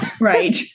Right